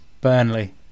Burnley